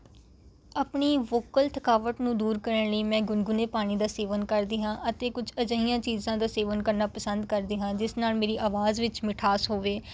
ਆਪਣੀ ਵੋਕਲ ਥਕਾਵਟ ਨੂੰ ਦੂਰ ਕਰਨ ਲਈ ਮੈਂ ਗੁਨਗੁਨੇ ਪਾਣੀ ਦਾ ਸੇਵਨ ਕਰਦੀ ਹਾਂ ਅਤੇ ਕੁਝ ਅਜਿਹੀਆਂ ਚੀਜ਼ਾਂ ਦਾ ਸੇਵਨ ਕਰਨਾ ਪਸੰਦ ਕਰਦੀ ਹਾਂ ਜਿਸ ਨਾਲ ਮੇਰੀ ਆਵਾਜ਼ ਵਿੱਚ ਮਿਠਾਸ ਹੋਵੇ